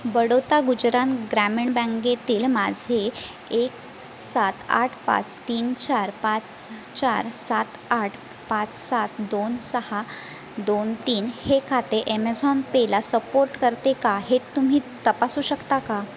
बडोदा गुजरात ग्रामीण बँकेतील माझे एक सात आठ पाच तीन चार पाच चार सात आठ पाच सात दोन सहा दोन तीन हे खाते ॲमेझॉन पेला सपोर्ट करते का हे तुम्ही तपासू शकता का